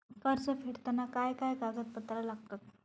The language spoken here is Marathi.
कर्ज फेडताना काय काय कागदपत्रा लागतात?